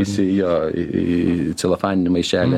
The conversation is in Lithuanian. visi jo į į celofaninį maišelį